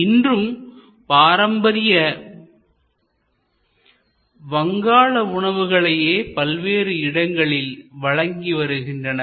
இன்றும் பாரம்பரிய வங்காள உணவுகளையே பல்வேறு இடங்களில் வழங்கி வருகின்றனர்